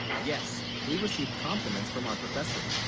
yes, we received compliments from our professor